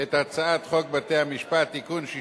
את הצעת חוק בתי-המשפט (תיקון מס'